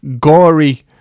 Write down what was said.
gory